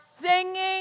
singing